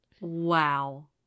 Wow